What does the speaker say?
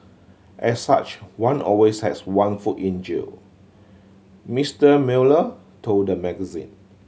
as such one always has one foot in jail Mister Mueller told the magazine